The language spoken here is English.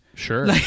sure